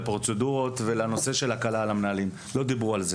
לפרוצדורות ולנושא של הקלה על המנהלים; לא דיברו על זה.